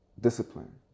discipline